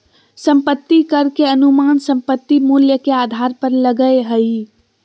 संपत्ति कर के अनुमान संपत्ति मूल्य के आधार पर लगय हइ